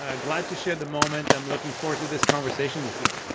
ah glad to share the moment, i'm looking forward to this conversation with you.